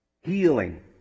Healing